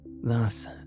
Thus